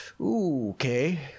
okay